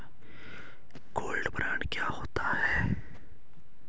Gold bond क्या होता है?